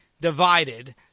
divided